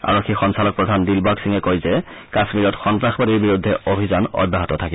আৰক্ষী সঞ্চালকপ্ৰধান দিলবাগ সিঙে কয় যে কাশ্মীৰত সন্ত্ৰাসবাদীৰ বিৰুদ্ধে অভিযান অব্যাহত থাকিব